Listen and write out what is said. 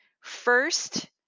first